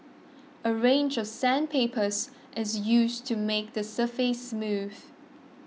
a range of sandpapers is used to make the surface smooth